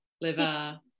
liver